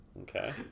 Okay